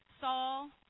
Saul